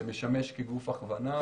שמשמש כגוף הכוונה.